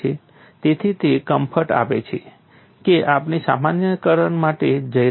તેથી તે કમ્ફર્ટ આપે છે કે આપણે સામાન્યીકરણ માટે જઈ રહ્યા છીએ